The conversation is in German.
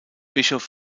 bischof